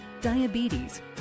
diabetes